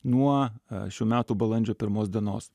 nuo šių metų balandžio pirmos dienos